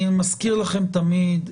אני מזכיר לכם תמיד,